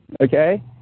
okay